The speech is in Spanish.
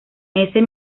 ese